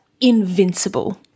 invincible